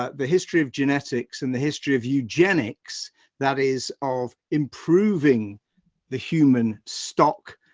ah the history of genetics and the history of eugenics that is of improving the human stock,